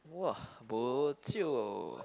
!wah! bo jio